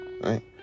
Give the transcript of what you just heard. Right